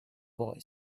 boy